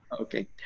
Okay